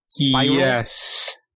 Yes